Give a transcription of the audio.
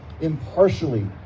impartially